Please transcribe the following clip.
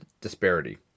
disparity